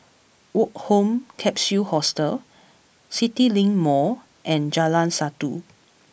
Woke Home Capsule Hostel CityLink Mall and Jalan Satu